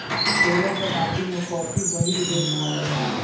सोलह शताब्दी में कॉफी पहिल बेर भारत आलय